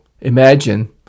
imagine